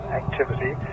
activity